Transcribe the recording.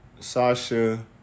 Sasha